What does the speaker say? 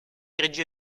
reggio